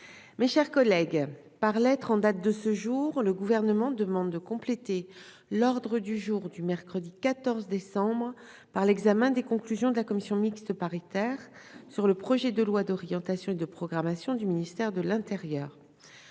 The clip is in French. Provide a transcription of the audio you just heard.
mes chers collègues. Par lettre en date de ce jour, le gouvernement demande de compléter l'ordre du jour du mercredi 14 décembre par l'examen des conclusions de la commission mixte paritaire sur le projet de loi d'orientation et de programmation du ministère de l'Intérieur